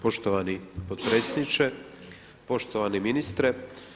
Poštovani potpredsjedniče, poštovani ministre.